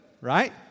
right